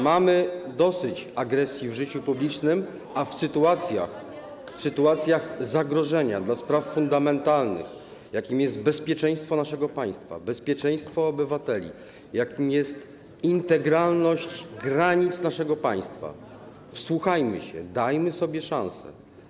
Mamy dosyć agresji w życiu publicznym, a w sytuacjach zagrożenia dla spraw fundamentalnych, jakim jest bezpieczeństwo naszego państwa, bezpieczeństwo obywateli, jakim jest integralność granic naszego państwa, wsłuchajmy się, dajmy sobie szansę.